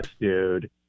dude